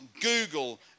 Google